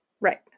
Right